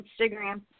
Instagram